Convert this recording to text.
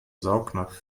saugnapf